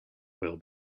well